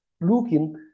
looking